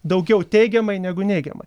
daugiau teigiamai negu neigiamai